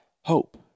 hope